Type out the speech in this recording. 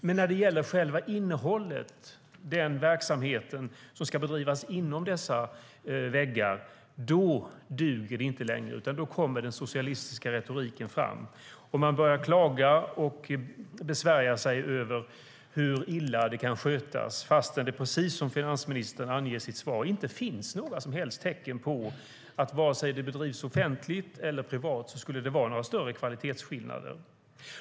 Men när det gäller själva innehållet i den verksamhet som ska bedrivas inom dessa väggar duger det inte längre, utan då kommer den socialistiska retoriken fram. Man börjar klaga och beskärma sig över hur illa det kan skötas fastän det, precis som finansministern anger i sitt svar, inte finns några som helst tecken på att det skulle vara några större kvalitetsskillnader vare sig det bedrivs offentligt eller privat.